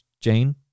Jane